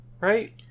Right